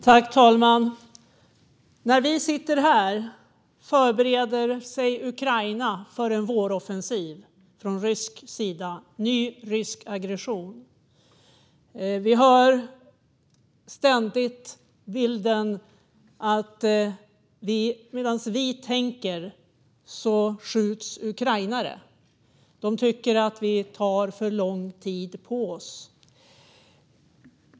Herr talman! När vi sitter här förbereder sig Ukraina för en rysk våroffensiv och en ny rysk aggression. Vi hör ständigt att medan vi tänker skjuts ukrainare. De tycker att vi tar för lång tid på oss.